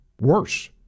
worse